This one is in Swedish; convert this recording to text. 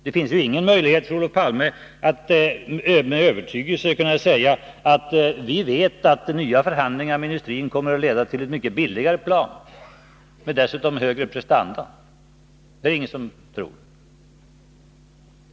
Det finns ingen möjlighet för Olof Palme att med övertygelse säga att vi vet att nya förhandlingar med industrin kommer att leda till ett mycket billigare plan, som dessutom har bättre prestanda. Det är det ingen som tror.